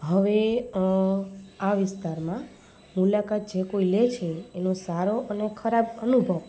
હવે આ વિસ્તારમાં મુલાકાત જે કોઈ લે છે એનો સારો અને ખરાબ અનુભવ